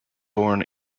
born